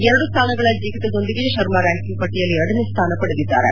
ಎರಡು ಸ್ವಾನಗಳ ಜಿಗಿತದೊಂದಿಗೆ ಶರ್ಮಾ ರ್ಕಾಂಕಿಂಗ್ ಪಟ್ಟಿಯಲ್ಲಿ ಎರಡನೇ ಸ್ಥಾನ ಪಡೆದಿದ್ದಾರೆ